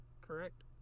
correct